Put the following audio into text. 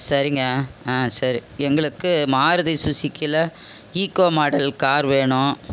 சரிங்க சரி எங்களுக்கு மாருதி சுஸுக்கியில ஈக்கோ மாடல் கார் வேணும்